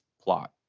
plot